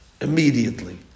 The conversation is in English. immediately